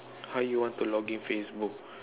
how you want to log in Facebook